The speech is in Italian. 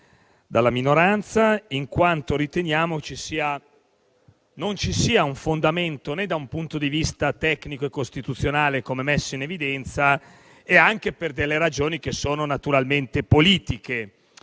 dalla minoranza, in quanto riteniamo non abbiano fondamento da un punto di vista tecnico e costituzionale, come messo in evidenza, e anche per delle ragioni naturalmente politiche.